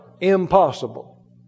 Impossible